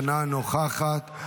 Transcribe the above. אינה נוכחת,